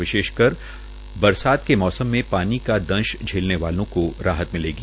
विशेषकर बरसात के मौसम में पानी का पंश झेलने वालों को भी राहत मिलेगी